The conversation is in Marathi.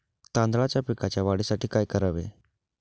तांदळाच्या पिकाच्या वाढीसाठी काय करावे?